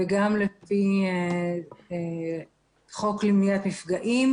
וגם לפי חוק למניעת מפגעים,